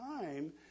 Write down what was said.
time